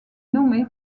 nommé